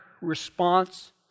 response